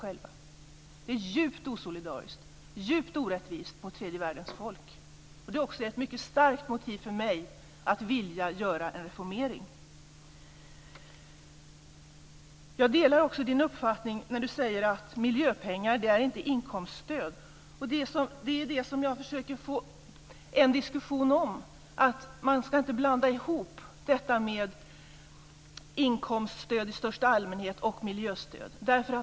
Detta är djupt osolidariskt och djupt orättvist mot tredje världens folk. Detta är också ett mycket starkt motiv för mig att vilja göra en reformering. Jag delar också Harald Nordlunds uppfattning om att miljöpengar inte är inkomststöd. Det är detta jag försöker få en diskussion om - man ska inte blanda ihop inkomststöd i största allmänhet med miljöstöd.